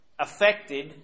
affected